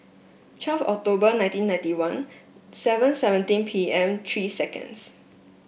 twelve October nineteen ninety one seven seventeen P M three second